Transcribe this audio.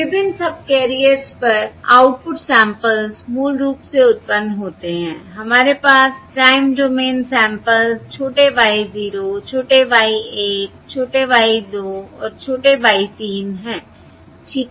विभिन्न सबकैरियर्स पर output samples मूल रूप से उत्पन्न होते हैं हमारे पास टाइम डोमेन सैंपल्स छोटे y 0 छोटे y 1 छोटे y 2 और छोटे y 3 हैं ठीक हैं